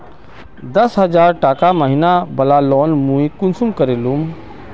दस हजार टका महीना बला लोन मुई कुंसम करे लूम?